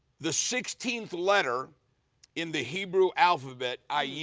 the sixteenth letter in the hebrew alphabet ah yeah